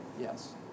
Yes